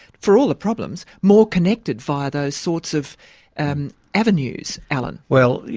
for all the problems, more connected via those sorts of and avenues, alan? well,